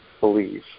believe